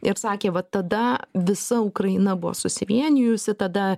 ir sakė va tada visa ukraina buvo susivienijusi tada